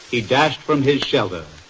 he dashed from his shelter,